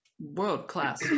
world-class